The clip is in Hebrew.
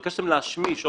ביקשתם להשמיש נכון?